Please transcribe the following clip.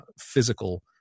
physical